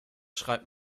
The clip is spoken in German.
schreibt